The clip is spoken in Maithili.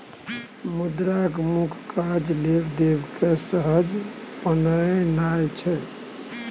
मुद्राक मुख्य काज लेब देब केँ सहज बनेनाइ छै